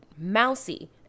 mousy